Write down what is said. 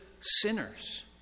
sinners